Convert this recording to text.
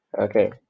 Okay